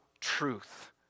truth